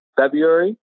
February